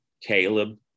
Caleb